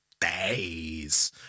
days